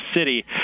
City